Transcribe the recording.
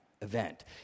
event